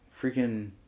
freaking